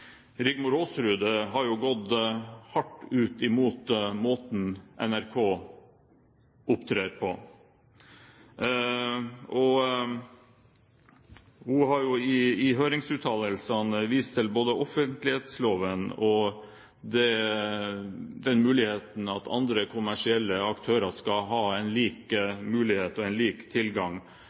Rigmor Aasrud har gått hardt ut mot måten NRK opptrer på. Hun har i høringsuttalelsene vist til offentlighetsloven og muligheten for andre kommersielle aktører til både å ha lik mulighet og lik tilgang